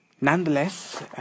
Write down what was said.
Nonetheless